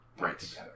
Right